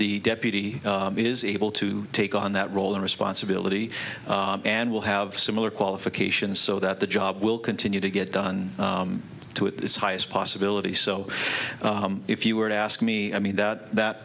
the deputy is able to take on that role and responsibility and will have similar qualifications so that the job will continue to get done to its highest possibility so if you were to ask me i mean that